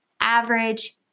average